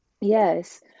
Yes